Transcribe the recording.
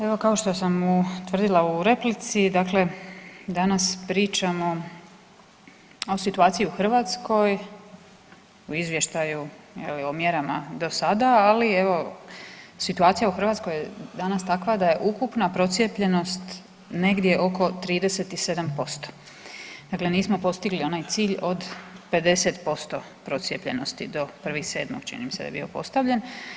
Evo kao što sam tvrdila u replici, dakle danas pričamo o situaciji u Hrvatskoj u izvještaju o mjerama do sada, ali evo situacija je u Hrvatskoj danas takva da je ukupna procijepljenost negdje oko 37%, dakle nismo postigli onaj cilj od 50% procijepljenosti do 1.7. čini mi se da je bio postavljen.